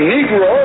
Negro